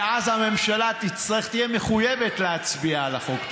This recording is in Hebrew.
ואז הממשלה תהיה מחויבת להצביע על החוק.